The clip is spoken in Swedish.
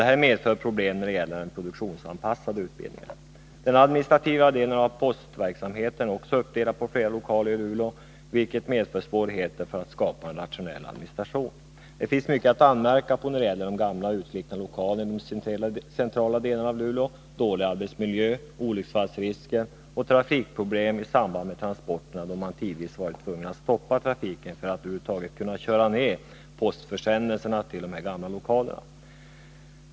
Detta medför problem när det gäller den produktionsanpassade utbildningen. Den administrativa delen av postverksamheten är också uppdelad på flera lokaler i Luleå, vilket medför svårigheter då det gäller att skapa en rationell administration. Det finns mycket att anmärka på när det gäller de gamla utslitna lokalerna i de centrala delarna av Luleå, såsom dålig arbetsmiljö, olycksfallsrisker och trafikproblem i samband med transporterna, då man tidvis varit tvungen att stoppa trafiken för att över huvud taget kunna köra ned postförsändelserna till de här gamla lokalerna.